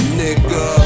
nigga